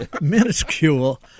minuscule